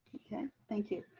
okay. thank you.